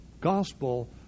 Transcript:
gospel